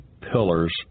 pillars